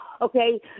Okay